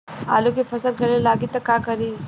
आलू के फ़सल गले लागी त का करी?